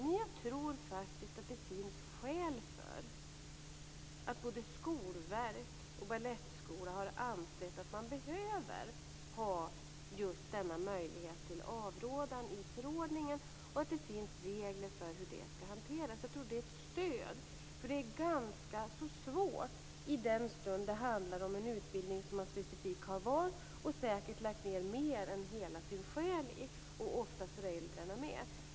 Men jag tror faktiskt att det finns skäl för att både Skolverket och Balettskolan har ansett att man behöver ha just denna möjlighet till avrådan i förordningen och att det bör finnas regler för hur det skall hanteras. Jag tror att det är ett stöd. Det är ganska så svårt, i den stund det handlar om en utbildning som man specifikt har valt och säkert lagt ned mer än hela sin själ i. Ofta har föräldrarna också gjort det.